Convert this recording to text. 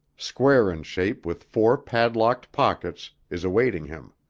square in shape with four padlocked pockets, is awaiting him.